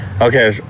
Okay